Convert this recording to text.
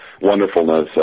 wonderfulness